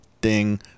ding